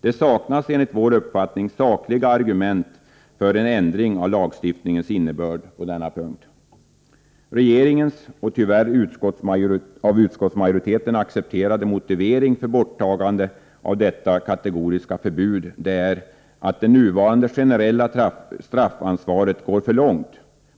Det saknas enligt vår uppfattning sakliga argument för en ändring av lagstiftningens innebörd på denna punkt. Regeringens — tyvärr av utskottsmajoriteten accepterade — motivering för borttagande av detta kategoriska förbud är att det nuvarande generella straffansvaret går för långt.